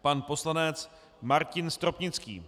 Pan poslanec Martin Stropnický.